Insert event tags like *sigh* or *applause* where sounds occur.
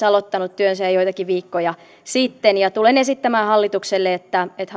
*unintelligible* aloittanut työnsä joitakin viikkoja sitten ja tulen esittämään hallitukselle että että *unintelligible*